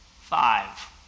Five